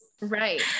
right